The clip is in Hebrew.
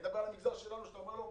היית בא למגזר שלנו, כשאתה אומר לילד: